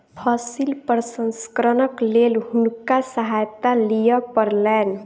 फसिल प्रसंस्करणक लेल हुनका सहायता लिअ पड़लैन